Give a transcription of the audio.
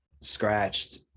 scratched